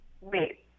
Wait